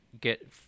get